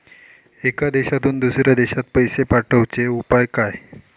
एका देशातून दुसऱ्या देशात पैसे पाठवचे उपाय काय?